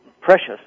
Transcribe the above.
precious